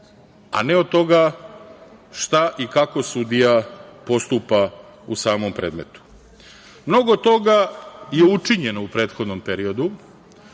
a ne od toga šta i kako sudija postupa u samom predmetu. Mnogo toga je učinjeno u prethodnom periodu,